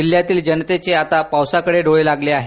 जिल्ह्यातील जनतेचे आता पावसाकडे डोळे लागले आहे